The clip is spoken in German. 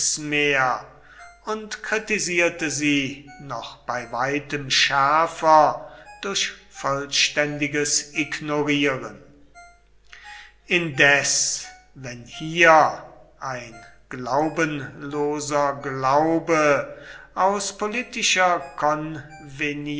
mehr und kritisierte sie noch bei weitem schärfer durch vollständiges ignorieren indes wenn hier ein glaubenloser glaube aus politischer